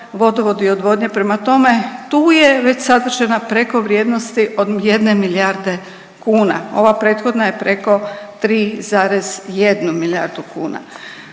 vodovodi i odvodnje, prema tome, tu je već sadržana preko vrijednosti od 1 milijarde kuna. Ova prethodna je preko 3,1 milijardu kuna.